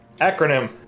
Acronym